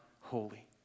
holy